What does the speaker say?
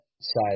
side